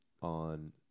on